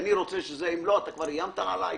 כבר איימת עלי,